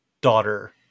daughter